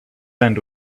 end